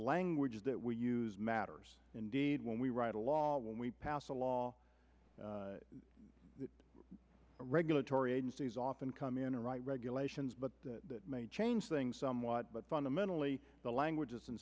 language that we use matters indeed when we write a law when we pass a law regulatory agencies often come in to write regulations but it may change things somewhat but fundamentally the languages